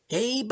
Hey